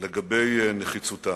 לגבי נחיצותם.